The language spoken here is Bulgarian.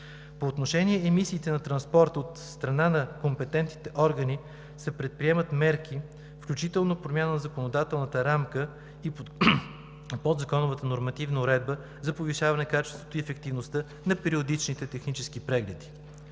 По отношение емисиите на транспорта от страна на компетентните органи се предприемат мерки, включително промяна на законодателната рамка и подзаконовата нормативна уредба за повишаване качеството и ефективността на периодичните технически прегледи.